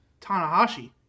Tanahashi